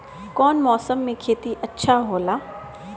कौन मौसम मे खेती अच्छा होला?